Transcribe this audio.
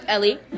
Ellie